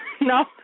No